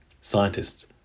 Scientists